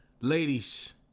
Ladies